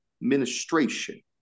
ministration